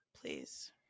Please